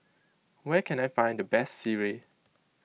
where can I find the best sireh